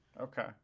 Okay